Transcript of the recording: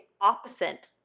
opposite